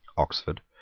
oxford,